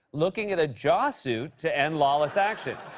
looking at a jawsuit to end lawless action.